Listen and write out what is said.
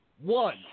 One